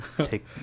take